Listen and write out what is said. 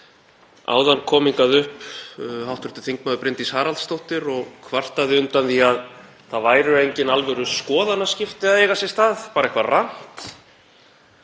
Áðan kom hingað upp hv. þm. Bryndís Haraldsdóttir og kvartaði undan því að það væru engin alvöru skoðanaskipti að eiga sér stað, bara eitthvað „rant“,